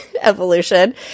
evolution